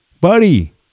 buddy